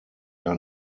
are